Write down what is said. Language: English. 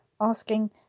asking